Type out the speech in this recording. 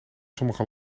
sommige